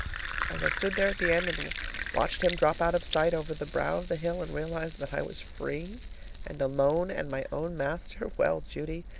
as i stood there at the end and watched him drop out of sight over the brow of the hill, and realized that i was free and alone and my own master well, judy,